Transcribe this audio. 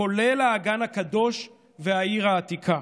כולל האגן הקדוש והעיר העתיקה.